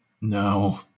No